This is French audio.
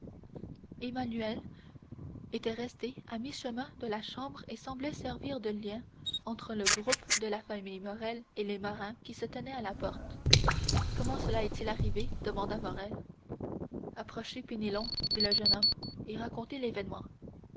emmanuel était resté à mi-chemin de la chambre et semblait servir de lien entre le groupe de la famille morrel et les marins qui se tenaient à la porte comment cela est-il arrivé demanda morrel approchez penelon dit le jeune homme et racontez l'événement